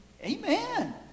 Amen